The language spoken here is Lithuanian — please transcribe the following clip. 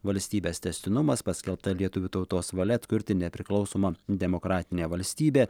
valstybės tęstinumas paskelbta lietuvių tautos valia atkurti nepriklausomą demokratinę valstybę